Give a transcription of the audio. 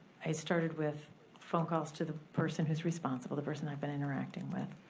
i started with phone calls to the person who's responsible, the person i'd been interacting with.